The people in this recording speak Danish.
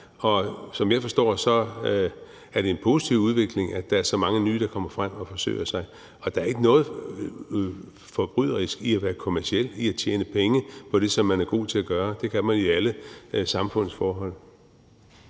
Som jeg forstår det, er det en positiv udvikling, at der er så mange nye, der kommer frem og forsøger sig. Og der er ikke noget forbryderisk i at være kommerciel og tjene penge på det, som man er god til at gøre; det kan man i alle samfundets forhold.